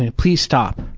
ah please stop.